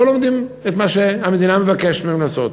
לא לומדים את מה שהמדינה מבקשת מהם לעשות?